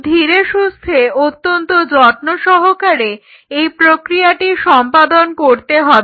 খুব ধীরেসুস্থে অত্যন্ত যত্নসহকারে এই প্রক্রিয়াটি সম্পাদন করতে হবে